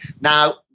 Now